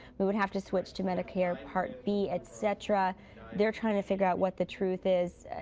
we would have to switch to medicare part b, et cetera they're trying to figure out what the truth is.